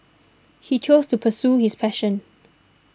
he chose to pursue his passion